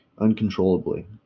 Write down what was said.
uncontrollably